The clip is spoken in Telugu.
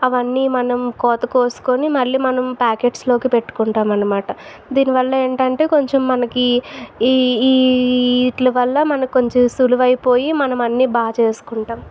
అవన్నీ మనం కోత కోసుకోని మళ్ళీ మనం పాకెట్స్లోకి పెట్టుకుంటాము అన్నమాట దీనివల్ల ఏమిటంటే కొంచెం మనకి ఈ ఈ ఈ వీటి వల్ల మనకి కొంచెం సులువు అయిపోయి మనము అన్నీ బాగా చేసుకుంటాం